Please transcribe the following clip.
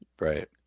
right